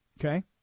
Okay